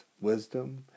wisdom